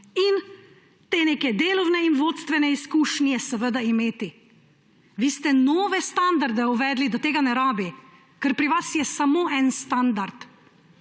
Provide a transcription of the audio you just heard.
pogoje. Neke delovne in vodstvene izkušnje mora imeti. Vi ste nove standarde uvedli − da tega ne potrebuje. Ker pri vas je samo en standard,